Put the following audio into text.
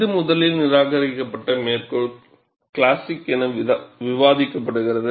இது முதலில் நிராகரிக்கப்பட்ட மேற்கோள் கிளாசிக் என விவாதிக்கப்படுகிறது